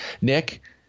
Nick